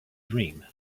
dream